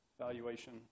valuation